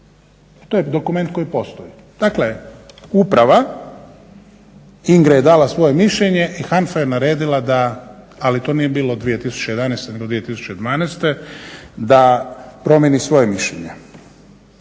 to je dokument koji postoji. Dakle, uprava Ingre je dala svoje mišljenje i HANFA je naredila da, ali to nije bilo 2011. nego 2012. da promijeni svoje mišljenje.